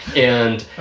and